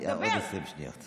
עוד 20 שניות.